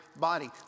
body